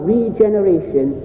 regeneration